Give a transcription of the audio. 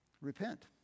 Repent